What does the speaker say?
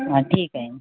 हां ठीक आहे